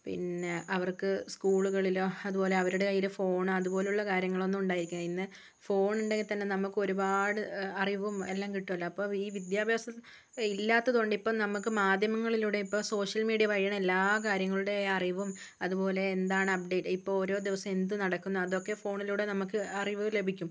പിന്നെ അവർക്ക് സ്കൂളുകളിലോ അതുപോലെ അവരുടെ കയ്യില് ഫോണ് അതുപോലെയുള്ള കാര്യങ്ങളൊന്നും ഉണ്ടായിരിക്കില്ല ഇന്ന് ഫോണുണ്ടെങ്കില്ത്തന്നെ നമുക്കൊരുപാട് അറിവും എല്ലാം കിട്ടുമല്ലോ അപ്പോള് ഈ വിദ്യാഭ്യാസം ഇല്ലാത്തതുകൊണ്ടിപ്പോള് നമുക്ക് മാധ്യമങ്ങളിലൂടെ ഇപ്പോള് സോഷ്യൽ മീഡിയ വഴിയാണ് എല്ലാ കാര്യങ്ങളുടെ അറിവും അതുപോലെ എന്താണ് അപ്ഡേറ്റ് ഇപ്പോള് ഓരോ ദിവസം എന്ത് നടക്കുന്നു അതൊക്കെ ഫോണിലൂടെ നമുക്ക് അറിവ് ലഭിക്കും